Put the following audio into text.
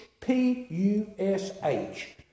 P-U-S-H